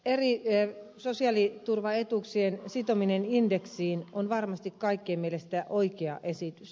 eri sosiaaliturvaetuuksien sitominen indeksiin on varmasti kaikkien mielestä oikea esitys